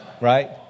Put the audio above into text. right